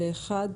הצבעה אושרה.